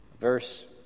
Verse